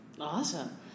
Awesome